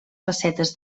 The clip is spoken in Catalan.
facetes